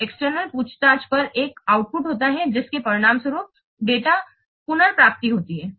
तो एक्सटर्नल पूछताछ पर एक आउटपुट होता है जिसके परिणामस्वरूप डेटा पुनर्प्राप्ति होता है